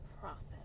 process